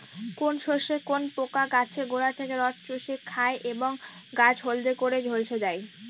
কোন শস্যে কোন পোকা গাছের গোড়া থেকে রস চুষে খায় এবং গাছ হলদে করে ঝলসে দেয়?